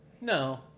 No